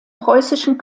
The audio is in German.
preußischen